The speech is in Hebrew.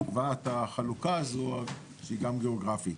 נקבעת החלוקה הזאת שהיא גם גאוגרפית,